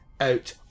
out